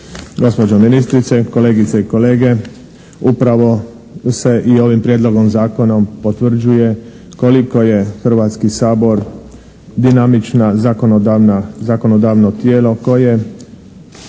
gospođo ministrice, kolegice i kolege. Upravo se i ovim prijedlogom zakona potvrđuje koliko je Hrvatski sabor dinamično zakonodavno tijelo koje